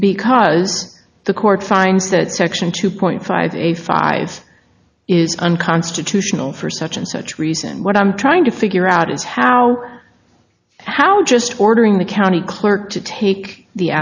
because the court finds that section two point five eight five is unconstitutional for such and such reasons what i'm trying to figure out is how how just ordering the county clerk to take the